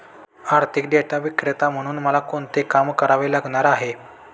आर्थिक डेटा विक्रेता म्हणून मला कोणते काम करावे लागणार आहे?